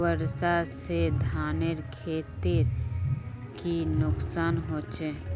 वर्षा से धानेर खेतीर की नुकसान होचे?